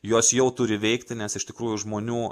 jos jau turi veikti nes iš tikrųjų žmonių